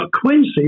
Quincy